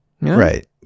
Right